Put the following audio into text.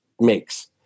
makes